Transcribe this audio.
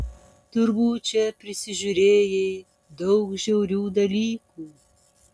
turbūt čia prisižiūrėjai daug žiaurių dalykų